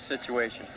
situation